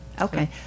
Okay